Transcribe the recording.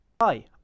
Hi